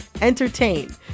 entertain